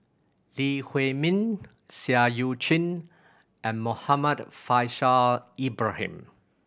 Lee Huei Min Seah Eu Chin and Muhammad Faishal Ibrahim